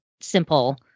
simple